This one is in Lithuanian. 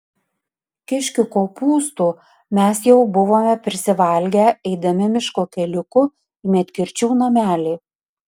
kiškių kopūstų mes jau buvome prisivalgę eidami miško keliuku į medkirčių namelį